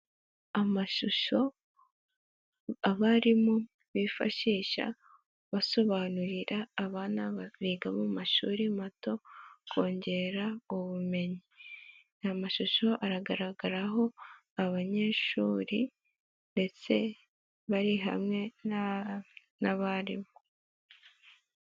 Amashusho abarimu bifashisha basobanurira abana biga mu mashuri mato kongera ubumenyi, aya mashusho aragaragaraho abanyeshuri ndetse bari hamwe n'abarimu.